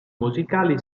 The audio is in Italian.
musicali